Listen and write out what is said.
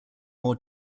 more